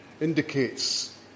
indicates